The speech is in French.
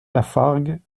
lafargue